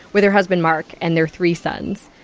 with her husband mark and their three sons.